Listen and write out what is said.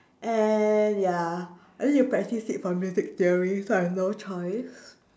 and ya I need to practice it for music theory so I have no choice